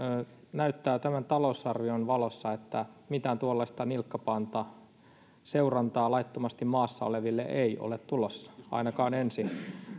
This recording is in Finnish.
näyttää tämän talousarvion valossa että mitään tuollaista nilkkapantaseurantaa laittomasti maassa oleville ei ole tulossa ainakaan ensi